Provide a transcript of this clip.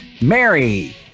Mary